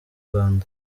rwanda